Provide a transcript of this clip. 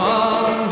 on